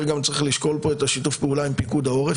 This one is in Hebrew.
צריך לשקול גם את שיתוף הפעולה עם פיקוד העורף